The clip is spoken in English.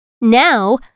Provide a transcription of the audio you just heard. Now